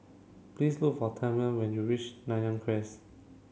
please look for Tamela when you reach Nanyang Cres